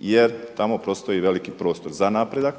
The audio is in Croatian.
jer tamo postoji veliki prostor za napredak